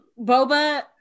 Boba